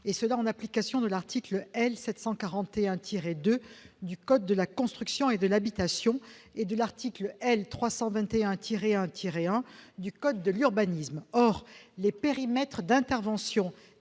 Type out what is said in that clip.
l'État, en application de l'article L.741-2 du code de la construction et de l'habitation et de l'article L.321-1-1 du code de l'urbanisme. Or les périmètres d'intervention